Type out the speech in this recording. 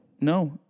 no